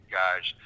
guys